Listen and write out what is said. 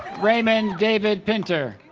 raymond david pinter